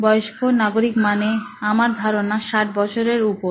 বয়স্ক নাগরিক মানে আমার ধারণা 60 বছরের উপর